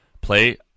play